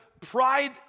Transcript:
pride